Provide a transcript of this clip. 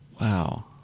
Wow